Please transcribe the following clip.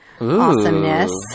awesomeness